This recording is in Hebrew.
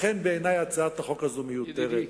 לכן, בעיני הצעת החוק הזאת היא מיותרת.